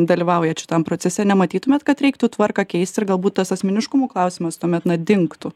dalyvaujat šitam procese nematytumėt kad reiktų tvarką keisti ir galbūt tas asmeniškumų klausimas tuomet na dingtų